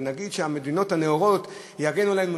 ונגיד שהמדינות הנאורות יגנו עלינו,